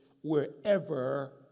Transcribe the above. wherever